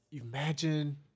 imagine